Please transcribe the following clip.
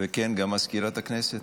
וכן גם מזכירת הכנסת,